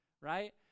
Right